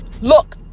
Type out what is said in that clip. Look